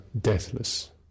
deathless